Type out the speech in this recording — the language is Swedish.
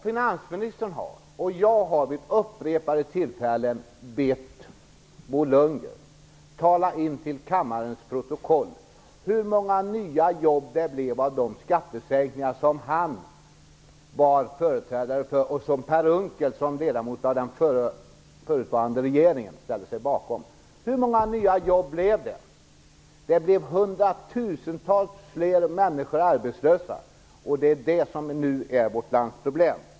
Finansministern och jag har vid upprepade tillfällen bett Bo Lundgren läsa in i kammarens protokoll hur många nya jobb det blev av de skattesänkningar som han genomförde och som Per Unckel som ledamot av den förutvarande regeringen ställde sig bakom. Hur många nya jobb blev det? Ytterligare hundratusentals människor blev arbetslösa! Det är det som nu är vårt lands problem.